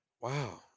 wow